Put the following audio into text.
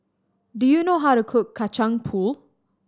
do you know how to cook Kacang Pool